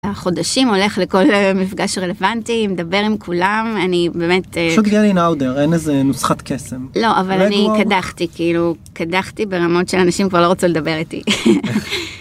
חודשים הולך לכל מפגש רלוונטי מדבר עם כולם אני באמת אין איזה נוסחת קסם לא אבל אני קדחתי כאילו קדחתי ברמות שאנשים כבר לא רוצו לדבר איתי.